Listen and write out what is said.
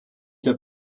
der